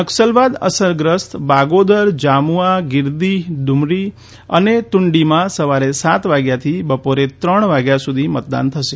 નકસલવાદ અસરગ્રસ્ત બાગોદર જામુઆ ગીરીદીહ ડુમરી અને તુંડીમાં સવારે સાત વાગ્યાથી બપોરે ત્રણ વાગ્યા સુધી મતદાન થશે